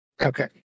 Okay